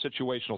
situational